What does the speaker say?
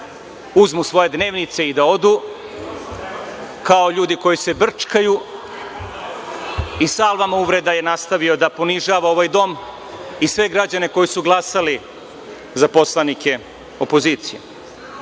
uzmu svoje dnevnice i da odu, kao ljude koji se brčkaju i salvama uvreda je nastavio da ponižava ovaj dom i sve građane koji su glasali za poslanike opozicije. Mandatar